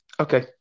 okay